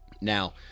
now